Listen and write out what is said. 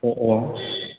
अ अ